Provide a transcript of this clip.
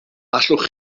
allwch